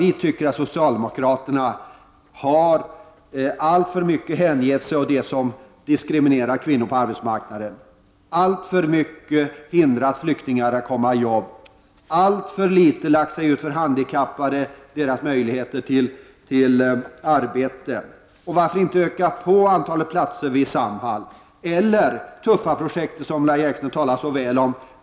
Vi tycker att socialdemokraterna alltför mycket har hängett sig åt sådant som diskriminerar kvinnorna på arbetsmarknaden och förhindrat flyktingar att komma in på arbetsmarknaden. Man har gjort alltför litet för de handikappades möjligheter att få arbete. Varför inte öka på antalet platser i Samhall eller satsa på TUFFA-projektet som Lahja Exner talade så väl om?